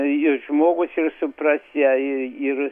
ji žmogus ir supras ją ir